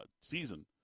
season